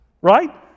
right